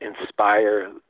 inspire